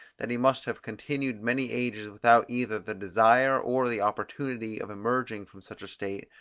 that he must have continued many ages without either the desire or the opportunity of emerging from such a state,